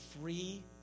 free